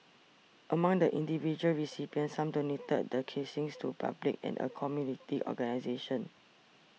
among the individual recipients some donated the casings to public and a community organisation